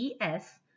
ES